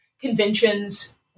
conventions